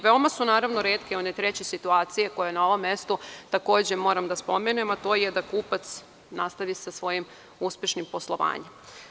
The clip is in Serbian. Veoma su retke one treće situacije, koje na ovom mestu takođe moram da spomenem, a to je da kupac nastavi sa svojim uspešnim poslovanjem.